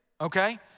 okay